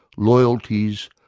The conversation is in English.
loyalties,